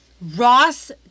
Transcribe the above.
Ross